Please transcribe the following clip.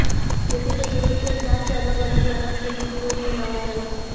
खेती में जरूरत क हिसाब से अलग अलग जनावर के भी उपयोग में लावल जाला